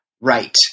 Right